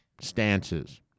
stances